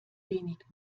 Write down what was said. wenig